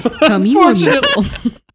Unfortunately